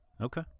Okay